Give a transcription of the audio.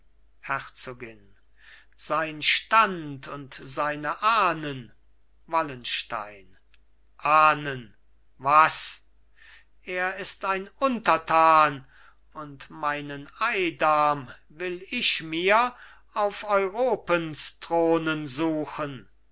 herzogin sein stand und seine ahnen wallenstein ahnen was er ist ein untertan und meinen eidam will ich mir auf europens thronen suchen